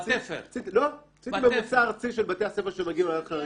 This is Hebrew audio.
עשיתי ממוצע ארצי של בתי הספר שמגיעים אלי לחריגים,